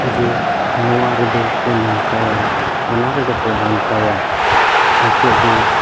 ᱡᱮ ᱱᱚᱣᱟ ᱨᱮᱫᱚ ᱠᱚ ᱱᱚᱝᱠᱟᱭᱟ ᱦᱟᱱᱟ ᱨᱮᱫᱚ ᱠᱚ ᱦᱟᱱᱠᱟᱭᱟ ᱱᱤᱛᱳᱜ ᱫᱚ